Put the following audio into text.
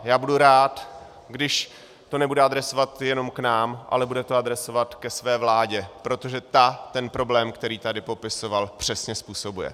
Já budu rád, když to nebude adresovat jenom k nám, ale bude to adresovat ke své vládě, protože ta ten problém, který tady popisoval, přesně způsobuje.